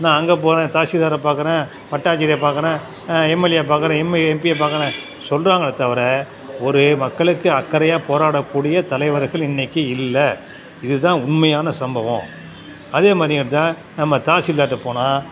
நான் அங்கே போகிறேன் தாசில்தாரை பார்க்குறேன் வட்டாச்சியரை பார்க்குறேன் எம்எல்ஏவை பார்க்குறேன் எம் எம்பியை பார்க்குறேன் சொல்கிறாங்களே தவிர ஒரு மக்களுக்கு அக்கறையாக போராடக்கூடிய தலைவர்கள் இன்றைக்கி இல்லை இதுதான் உண்மையான சம்பவம் அதே மாதிரியேதான் நம்ம தாசில்தார்கிட்ட போனால்